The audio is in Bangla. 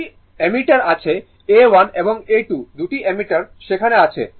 2 টি অ্যামমিটার আছে A 1 এবং A 2 দুটি অ্যামমিটার সেখানে আছে